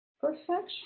Perfection